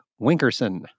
Winkerson